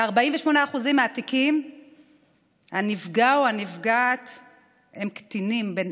ב-48% מהתיקים הנפגע או הנפגעת הם קטינים בני